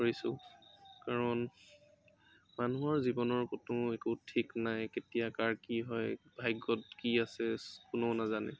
কৰিছো কাৰণ মানুহৰ জীৱনৰ ক'তো একো ঠিক নাই কেতিয়া কাৰ কি হয় ভাগ্যত কি আছে কোনো নাজানে